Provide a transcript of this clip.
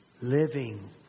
Living